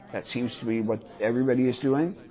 that seems to be what everybody is doing.